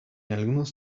algunos